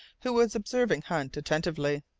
who was observing hunt attentively.